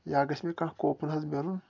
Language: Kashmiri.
یا گژھِ مےٚ کانٛہہ کوپُن حظ میلُن